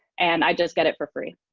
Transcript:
and i just get it for free.